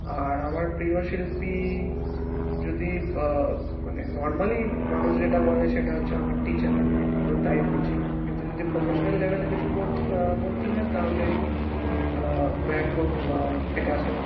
আর আমার প্রিয় শিল্পী যদি মানে নর্মালি মানুষ যেটা বলে সেটা হচ্ছে আমার টিচার আমিও তাই বলছি কিন্তু যদি প্রফেশনাল লেভেলে কিছু বোর বলতে হয় তাহলে ভ্যান গো বা পিকাসো